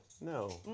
No